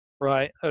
right